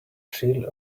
shield